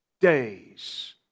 days